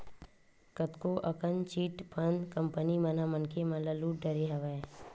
कतको अकन chit fund company मन ह मनखे मन ल लुट डरे हवय